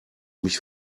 mich